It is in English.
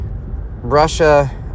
Russia